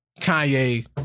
Kanye